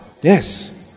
Yes